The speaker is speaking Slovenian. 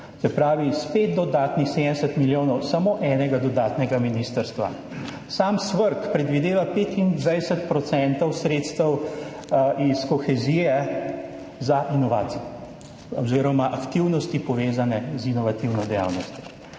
Se pravi spet dodatnih 70 milijonov samo enega dodatnega ministrstva. Sam SVRK predvideva 25 % sredstev iz kohezije za inovacije oziroma aktivnosti, povezane z inovativno dejavnostjo.